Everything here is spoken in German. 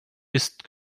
ist